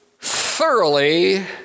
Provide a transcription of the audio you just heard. thoroughly